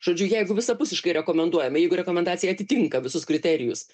žodžiu jeigu visapusiškai rekomenduojame jeigu rekomendacija atitinka visus kriterijus